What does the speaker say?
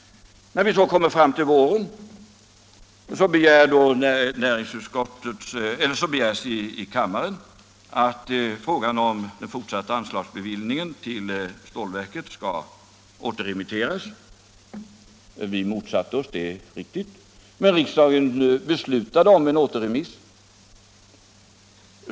När vi kom fram till våren begärdes i kammaren att frågan om den fortsatta anslagsbevillningen till stålverket skulle återremitteras. Vi motsatte oss det — det är riktigt. Men riksdagen beslutade om återremiss.